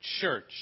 church